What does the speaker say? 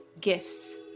gifts